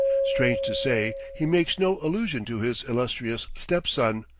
strange to say, he makes no allusion to his illustrious step-son,